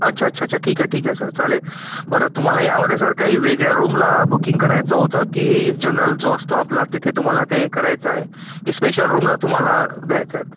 अच्छा अच्छा अच्छा ठीक आहे ठीक आहे सर चालेल बरं तुम्हाला यामध्ये सर काही वेगळ्या रूमला बुकिंग करायचं होतं की जनरल जो असतो आपला तिथे तुम्हाला ते करायचं आहे की स्पेशल रूमला तुम्हाला द्यायच्या आहेत